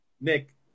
Nick